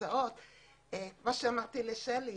כי הבעלים שלו הוא חברה בע"מ,